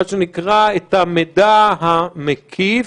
מה שנקרא את המידע המקיף,